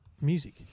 Music